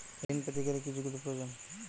ঋণ পেতে কি যোগ্যতা প্রয়োজন?